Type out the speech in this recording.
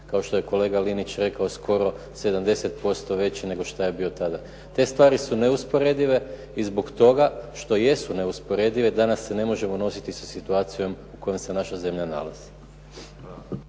kao što je kolega Linić rekao skoro 70% veći nego što je bio tada. Te stvari su neusporedive i zbog toga što jesu neusporedive danas se ne možemo nositi sa situacijom u kojoj se naša zemlja nalazi.